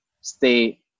stay